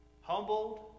humbled